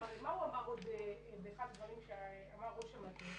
הרי מה אמר ראש המטה?